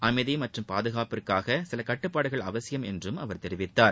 அமைதி மற்றும் பாதுகாப்புக்காக சில கட்டுப்பாடுகள் அவசியம் என்று அவர் கூறினார்